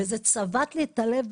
וזה צבט לי את הלב,